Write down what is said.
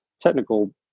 technical